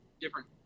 different